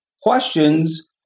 questions